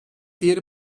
diğeri